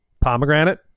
pomegranate